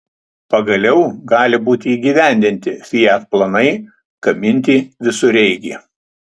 pagaliau gali būti įgyvendinti fiat planai gaminti visureigį